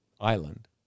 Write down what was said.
island